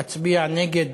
אצביע נגד,